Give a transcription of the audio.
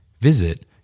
Visit